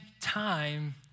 time